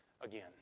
again